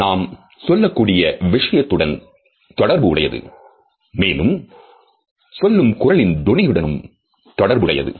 அது நாம் சொல்லக்கூடிய விஷயத்துடன் தொடர்புடையது மேலும் சொல்லும் குரலின் தொனியுடன் தொடர்புடையது